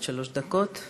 עד שלוש דקות.